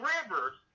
Rivers